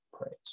praise